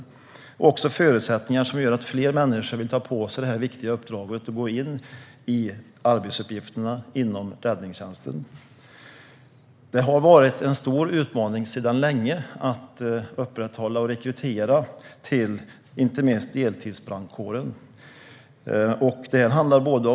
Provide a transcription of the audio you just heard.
Det krävs också förutsättningar som gör att fler människor vill ta på sig detta viktiga uppdrag och gå in i arbetsuppgifterna inom räddningstjänsten. Det är sedan länge en stor utmaning att upprätthålla räddningstjänsten och att rekrytera, inte minst till deltidsbrandkåren.